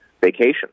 vacation